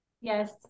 Yes